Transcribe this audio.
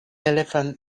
elephant